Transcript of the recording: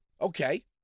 Okay